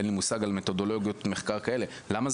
אין לי מושג לגבי מתודולוגיות מחקר כאלה,